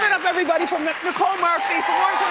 up everybody for nicole murphy. for